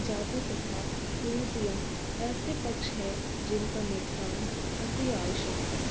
जाति प्रथा कुरीतियाँ ऐसे पक्ष हैं जिनका निपटान अती आवश्यक है